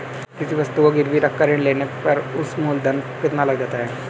किसी वस्तु को गिरवी रख कर ऋण लेने पर उस पर मूलधन कितना लग जाता है?